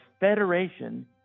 Federation